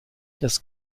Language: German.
des